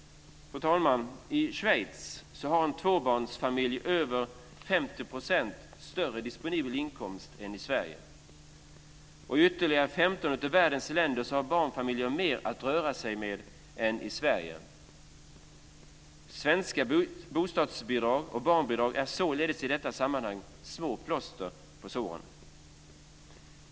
Fru talman! I Schweiz har en tvåbarnsfamilj över 50 % större disponibel inkomst än i Sverige. I ytterligare 15 av världens länder har barnfamiljer mer att röra sig med än i Sverige. Svenska bostadsbidrag och barnbidrag är således i detta sammanhang små plåster på såren.